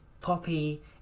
poppy